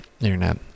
internet